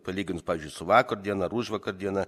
palyginus pavyzdžiui su vakar diena ar užvakar diena